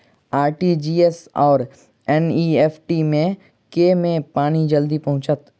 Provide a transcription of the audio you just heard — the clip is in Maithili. आर.टी.जी.एस आओर एन.ई.एफ.टी मे केँ मे पानि जल्दी पहुँचत